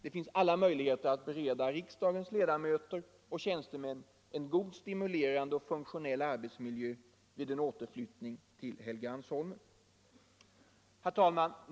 Det finns alla möjligheter att bereda riksdagens ledamöter och tjänstemän en god, stimulerande och funktionell arbetsmiljö vid en återflyttning till Helgeandsholmen. Herr talman!